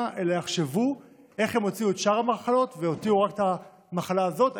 אלא יחשבו איך הם הוציאו את שאר המחלות והותירו רק את המחלה הזאת.